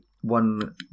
one